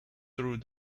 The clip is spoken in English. through